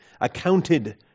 Accounted